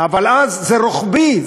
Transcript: אבל אז זה רוחבי,